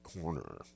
corner